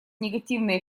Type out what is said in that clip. негативные